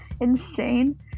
insane